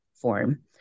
form